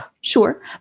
Sure